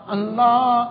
Allah